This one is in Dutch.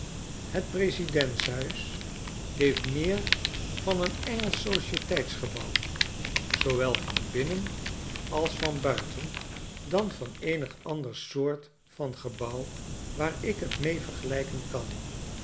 het presidentships heeft meer van een engelsch societeits gebouw zoowel van binnen als van buiten dan van eenig ander soort van gebouw waar ik t mee vergelijken kan